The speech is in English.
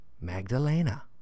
Magdalena